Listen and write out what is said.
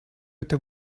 это